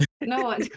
No